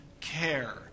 care